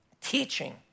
teaching